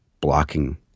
blocking